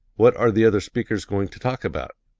what are the other speakers going to talk about?